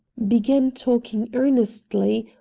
began talking earnestly,